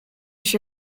się